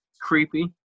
Creepy